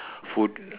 food